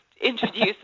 introduce